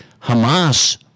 Hamas